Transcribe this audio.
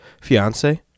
fiance